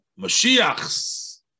Mashiach's